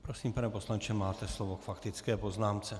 Prosím, pane poslanče, máte slovo k faktické poznámce.